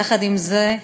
יחד עם זה,